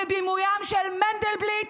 בבימוים של מנדלבליט,